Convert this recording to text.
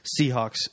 seahawks